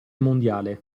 mondiale